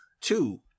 two